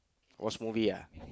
watch movie ah